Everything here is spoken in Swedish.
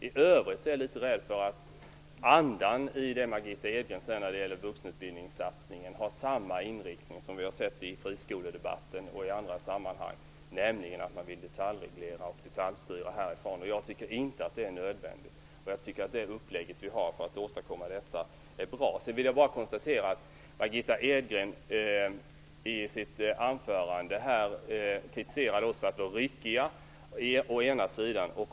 I övrigt är jag litet rädd för att andan i det som Margitta Edgren säger om vuxenutbildningssatsningen är densamma som den som vi har sett i friskoledebatten och i andra sammanhang, nämligen att man vill detaljreglera och detaljstyra härifrån. Jag tycker inte att detta är nödvändigt. Det upplägg som vi har för att åstadkomma detta är bra. Jag vill bara konstatera att Margitta Edgren i sitt anförande å ena sidan kritiserade oss för att vara ryckiga.